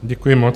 Děkuji moc.